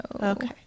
Okay